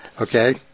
Okay